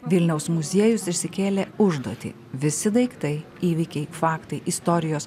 vilniaus muziejus išsikėlė užduotį visi daiktai įvykiai faktai istorijos